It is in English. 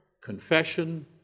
confession